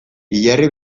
hilerri